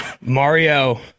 Mario